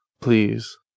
please